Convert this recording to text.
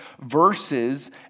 verses